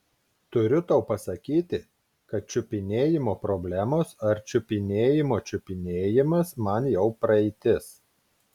turiu tau pasakyti kad čiupinėjimo problemos ar čiupinėjimo čiupinėjimas man jau praeitis